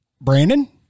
Brandon